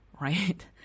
right